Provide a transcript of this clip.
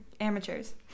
Amateurs